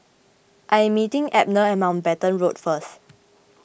I am meeting Abner at Mountbatten Road first